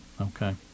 Okay